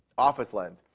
office lens,